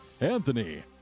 Anthony